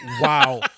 Wow